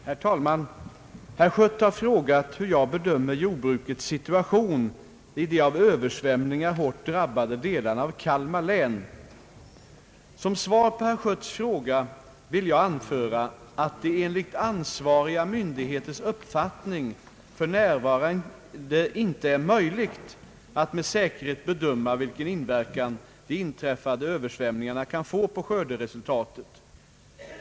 Herr talman! Herr Schött har frågat hur jag bedömer jordbrukets situation i de av översvämningar hårt drabbade delarna av Kalmar län. Som svar på herr Schötts fråga vill jag anföra att det enligt ansvariga myndigheters uppfattning f. n. inte är möjligt att med säkerhet bedöma vilken inverkan de inträffade översvämningarna kan få på skörderesultatet.